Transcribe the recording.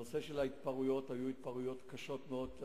הנושא של ההתפרעויות, היו התפרעויות קשות מאוד.